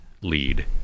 lead